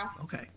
okay